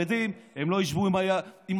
הם לא ישבו עם החרדים,